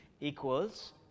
equals